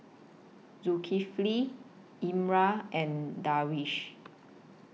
Zulkifli Imran and Darwish